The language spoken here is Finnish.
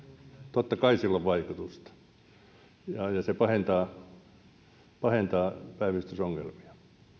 totta kai sillä on vaikutusta ja se pahentaa pahentaa päivystysongelmia